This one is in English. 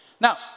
Now